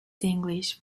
english